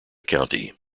county